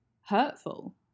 hurtful